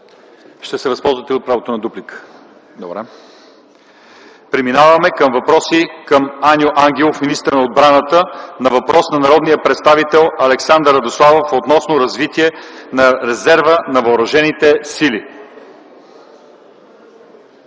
Ще се възползвате ли от правото на дуплика? Не. Преминаваме към въпроси към Аню Ангелов – министър на отбраната. Въпрос от народния представител Александър Радославов относно развитие на Резерва на въоръжените сили.